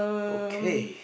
okay